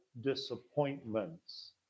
disappointments